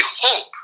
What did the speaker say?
hope